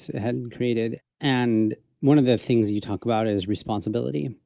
had and created. and one of the things you talk about his responsibility,